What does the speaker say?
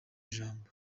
jambo